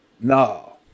no